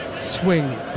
swing